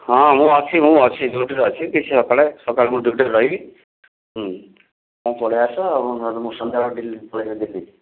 ହଁ ମୁଁ ଅଛି ମୁଁ ଅଛି ଡ୍ୟୁଟିରେ ଅଛି ସକାଳେ ସକାଳେ ମୁଁ ଡ୍ୟୁଟିରେ ରହିବି ହୁଁ ତୁମେ ପଳେଇଆସ